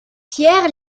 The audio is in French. pierre